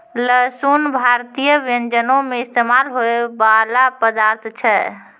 लहसुन भारतीय व्यंजनो मे इस्तेमाल होय बाला पदार्थ छै